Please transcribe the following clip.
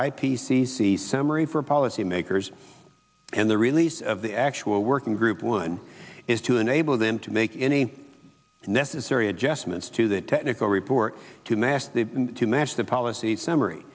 p c c summary for policymakers and the release of the actual working group one is to enable them to make any necessary adjustments to the technical report to mass to match the policy summary